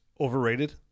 overrated